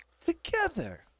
Together